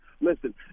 Listen